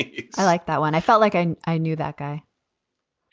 it's like that when i felt like i i knew that guy